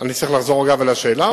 1. האם ייקבע קרון ללא קרינה סלולרית,